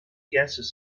gaseous